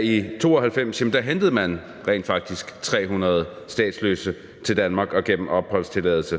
I 1992 hentede man rent faktisk 300 statsløse til Danmark og gav dem opholdstilladelse.